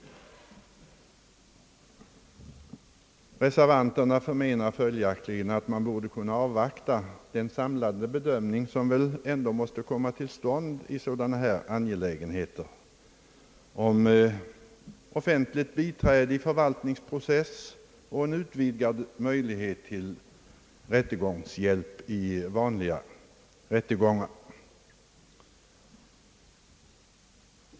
Reservanterna förmenar följaktligen, att man borde avvakta den samlade bedömning som väl måste komma till stånd i sådana här angelägenheter, d.v.s. när det gäller offentligt biträde i förvaltningsprocess och möjlighet till rättegångshjälp i vanliga rättegångar.